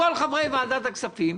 כל חברי ועדת הכספים,